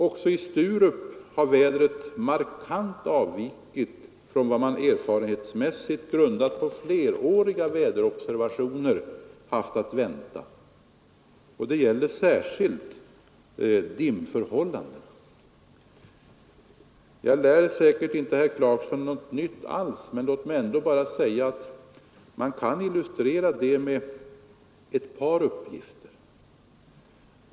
Också i Sturup har vädret markant avvikit från vad man erfarenhetsmässigt, grundat på fleråriga väderobservationer, haft att vänta, och det gäller särskilt dimförhållandena. Jag lär säkert inte herr Clarkson någonting nytt, men låt mig ändå säga att man kan illustrera det påståendet med ett par uppgifter.